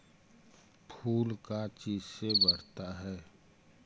फूल का चीज से बढ़ता है?